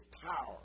power